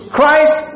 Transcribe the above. Christ